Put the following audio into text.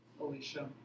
Alicia